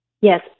yes